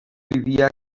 vivia